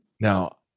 Now